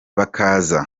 bakaza